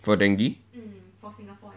for dengue